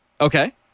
Okay